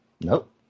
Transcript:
Nope